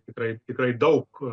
tikrai tikrai daug